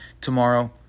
tomorrow